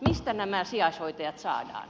mistä nämä sijaishoitajat saadaan